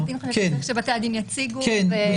אני לחלוטין חושבת שצריך שבתי הדין יציגו ושנבין